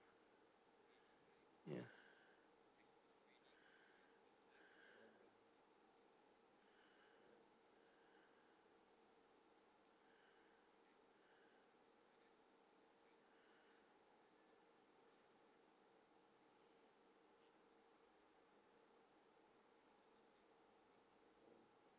yeah